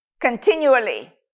continually